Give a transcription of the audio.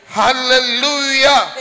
hallelujah